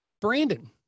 Brandon